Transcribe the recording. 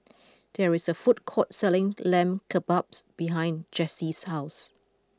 there is a food court selling Lamb Kebabs behind Jessye's house